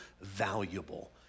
valuable